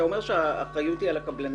אתה אומר שהאחריות היא על הקבלנים.